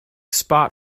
spot